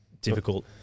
difficult